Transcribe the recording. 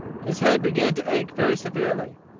his head began to ache very severely.